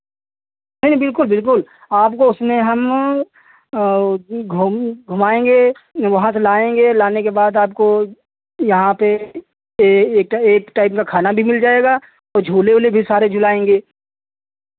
नहीं नहीं बिल्कुल बिल्कुल आपको उसमें हम घूम घुमाएंगे वहाँ से लाएंगे लाने के बाद आपको यहाँ पे एक टाइम का खाना भी मिल जाएगा और झूले वूले भी सारे झूलाएंगे